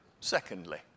secondly